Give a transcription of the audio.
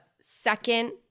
second